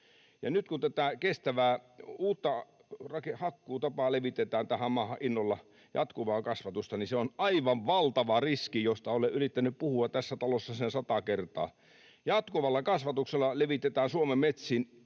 nyt kun tätä kestävää uutta hakkuutapaa levitetään tähän maahan innolla, jatkuvaa kasvatusta, niin se on aivan valtava riski, josta olen yrittänyt puhua tässä talossa sen sata kertaa. Jatkuvalla kasvatuksella levitetään Suomen metsiin,